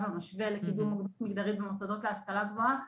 המשווה לקידום הוגנות מגדרית במוסדות ההשכלה הגבוהה,